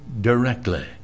directly